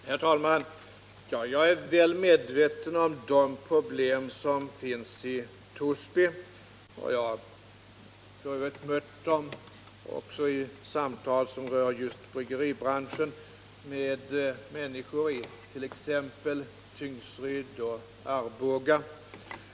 Herr talman! Jag är väl medveten om de problem som finns i Torsby. Jag har mött dessa problem i samtal som just rör bryggeribranschen med människor även i Tingsryd och Arboga.